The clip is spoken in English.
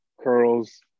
curls